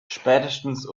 spätestens